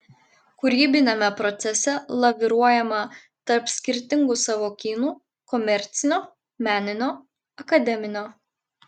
kūrybiniame procese laviruojama tarp skirtingų sąvokynų komercinio meninio akademinio